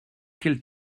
quel